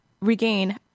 regain